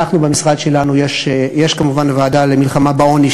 במשרד שלנו יש כמובן ועדה למלחמה בעוני,